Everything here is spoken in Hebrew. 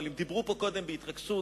דיברו פה קודם בהתרגשות